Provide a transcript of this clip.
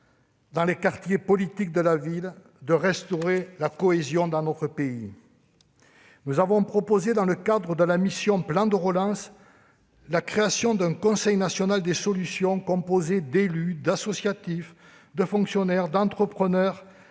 dans les quartiers de la politique de la ville, de restaurer la cohésion dans notre pays. Nous avons proposé dans le cadre de la mission « Plan de relance », la création d'un Conseil national des solutions composé d'élus, d'associatifs, de fonctionnaires, d'entrepreneurs